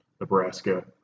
Nebraska